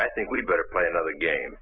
i think we'd better play another game